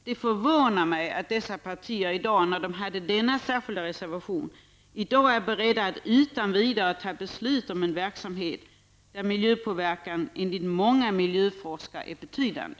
Därför förvånar det mig att dessa partier i dag, med tanke på nyss nämnda reservation, är beredda att utan vidare fatta beslut om en verksamhet där miljöpåverkan enligt många miljöforskare är betydande.